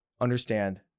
understand